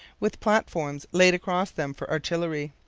with platforms laid across them for artillery.